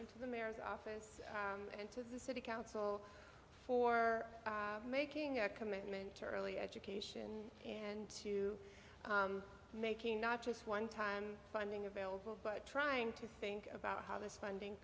to the mayor's office and to the city council for making a commitment to early education and to making not just one time funding available but trying to think about how this funding